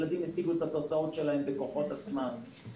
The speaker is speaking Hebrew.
הם השיגו את התוצאות שלהם בכוחות עצמם.